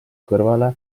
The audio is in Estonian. kõrvale